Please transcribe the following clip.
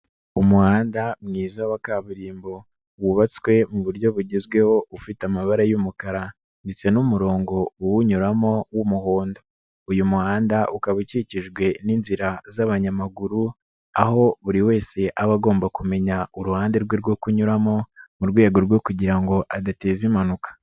Umuhanda mwiza wa kaburimbo wubatswe mu buryo bugezweho ufite amabara y'umukara ndetse n'umurongo uwunyuramo w'umuhondo. Uyu muhanda ukaba ukikijwe n'inzira z'abanyamaguru aho buri wese aba agomba kumenya uruhande rwe rwo kunyuramo mu rwego rwo kugira ngo adateza impanuka.